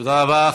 תודה רבה.